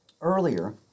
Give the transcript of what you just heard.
earlier